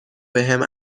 بهم